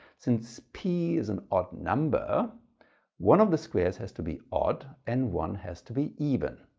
since p is an odd number one of the squares has to be odd and one has to be even.